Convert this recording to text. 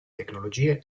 tecnologie